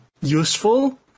useful